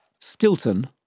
Stilton